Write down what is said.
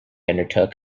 undertook